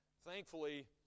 Thankfully